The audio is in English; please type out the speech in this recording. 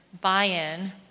buy-in